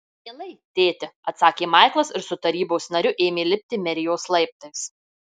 mielai tėti atsakė maiklas ir su tarybos nariu ėmė lipti merijos laiptais